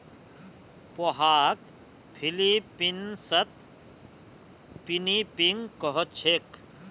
पोहाक फ़िलीपीन्सत पिनीपिग कह छेक